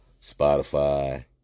Spotify